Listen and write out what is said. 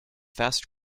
fast